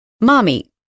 Mommy